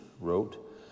wrote